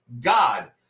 God